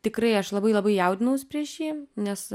tikrai aš labai labai jaudinaus prieš jį nes